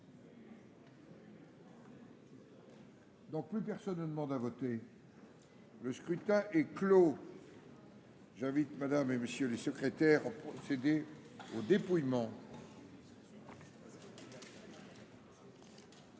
Donc plus personne ne demande à voter.-- Le scrutin est clos.-- J'invite madame et messieurs les secrétaires procéder au dépouillement. Il